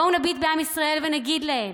בואו נביט בעם ישראל ונגיד להם: